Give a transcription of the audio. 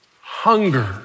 Hunger